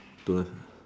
don't have